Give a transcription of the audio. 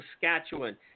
Saskatchewan